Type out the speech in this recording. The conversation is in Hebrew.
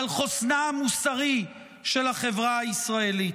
על חוסנה המוסרי של החברה הישראלית.